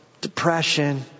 depression